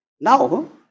Now